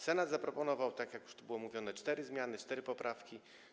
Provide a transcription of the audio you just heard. Senat zaproponował, tak już tu było mówione, cztery zmiany, cztery poprawki.